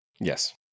Yes